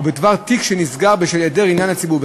או בדבר תיק שנסגר בשל היעדר עניין לציבור,